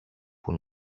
που